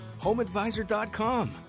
HomeAdvisor.com